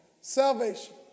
Salvation